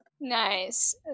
Nice